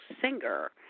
singer